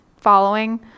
following